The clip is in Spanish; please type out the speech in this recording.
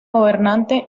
gobernante